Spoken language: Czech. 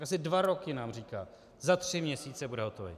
Asi dva roky nám říká za tři měsíce bude hotový.